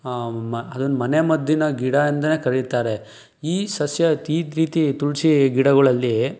ಅದನ್ನ ಮನೆಮದ್ದಿನ ಗಿಡ ಅಂದೇ ಕರೀತಾರೆ ಈ ಸಸ್ಯ ತೀದ್ ರೀತಿ ತುಳಸಿ ಗಿಡಗಳಲ್ಲಿ